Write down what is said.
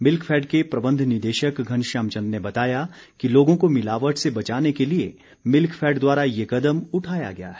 Milkfed के प्रबंध निदेशक घनश्याम चंद ने बताया कि लोगों को मिलावट से बचाने के लिए मिल्कफेड द्वारा ये कदम उठाया गया है